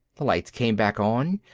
the lights came back on,